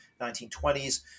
1920s